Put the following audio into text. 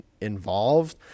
involved